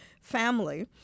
family